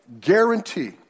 guarantee